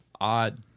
odd